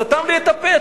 סתם לי את הפה.